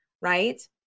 right